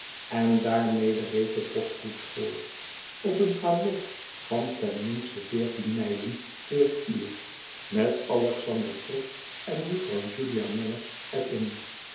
en daarmede reed de postkoets voort op een galop van ten minste veertien mijlen in het uur met alexander trott en jufvrouw julia manners er in